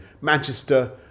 Manchester